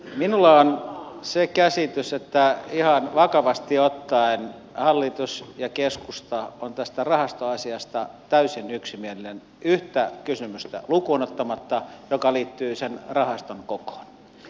minulla on se käsitys että ihan vakavasti ottaen hallitus ja keskusta on tästä rahastoasiasta täysin yksimielinen lukuun ottamatta yhtä kysymystä joka liittyy rahaston kokoon